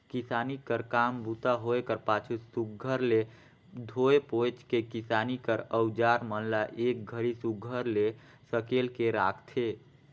किसानी कर काम बूता होए कर पाछू सुग्घर ले धोए पोएछ के किसानी कर अउजार मन ल एक घरी सुघर ले सकेल के राखथे